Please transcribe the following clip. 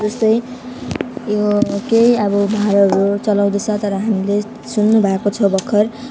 जस्तो यो केही अब भाँडाहरू चलाउँदैछ तर हामीले सुन्नु भएको छ भर्खर